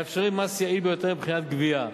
מאפשרים מס יעיל ביותר מבחינת גבייה,